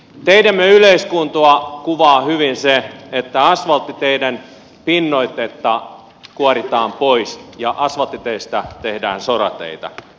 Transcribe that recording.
teidemme yleiskuntoa kuvaa hyvin se että asvalttiteiden pinnoitetta kuoritaan pois ja asvalttiteistä tehdään sorateitä